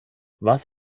was